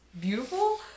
beautiful